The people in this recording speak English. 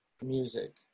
music